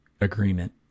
agreement